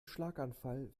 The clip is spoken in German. schlaganfall